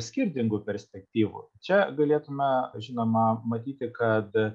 skirtingų perspektyvų čia galėtume žinoma matyti kad